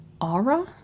Aura